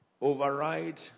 override